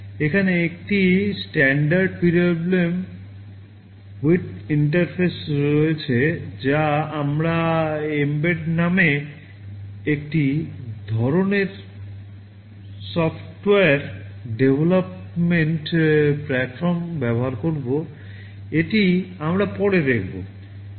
এখানে একটি standard PWM out interface রয়েছে যা আমরা এমবেড নামে একটি ধরণের সফটওয়্যার ডেভলপমেন্ট প্ল্যাটফর্ম ব্যবহার করব এটি আমরা পরে দেখব